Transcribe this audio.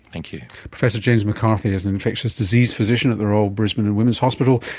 thank you. professor james mccarthy is an infectious disease physician at the royal brisbane and women's hospital,